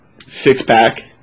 six-pack